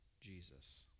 Jesus